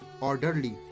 orderly